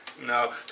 No